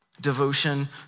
devotion